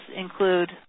include